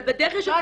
אבל בדרך יש -- לא,